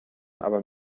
aber